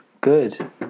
Good